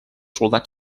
soldats